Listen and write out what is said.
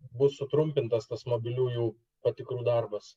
bus sutrumpintas tas mobiliųjų patikrų darbas